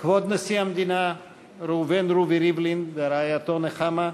כבוד נשיא המדינה ראובן רובי ריבלין ורעייתו נחמה,